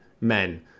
men